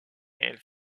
elle